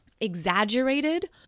exaggerated